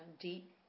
deep